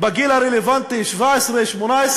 בגיל הרלוונטי, 17, 18,